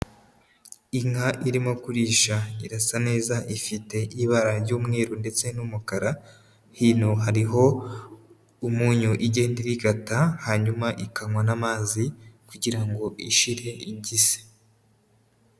Inka irimo kurisha irasa neza ifite ibara ry'umweru ndetse n'umukara, hino hariho umunyu igenda irigata, hanyuma ikanywa n'amazi kugira ngo ishire ingizi.